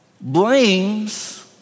blames